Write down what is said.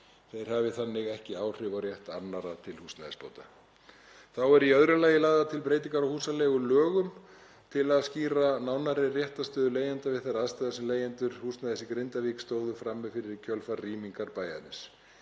Þeir hafi þannig ekki áhrif á rétt annarra til húsnæðisbóta. Þá eru í öðru lagi lagðar til breytingar á húsaleigulögum til að skýra nánari réttarstöðu leigjenda við þær aðstæður sem leigjendur húsnæðis í Grindavík stóðu frammi fyrir í kjölfar rýmingar bæjarins.